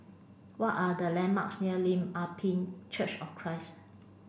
what are the landmarks near Lim Ah Pin Church of Christ